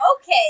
Okay